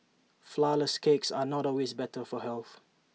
Flourless Cakes are not always better for health